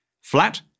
Flat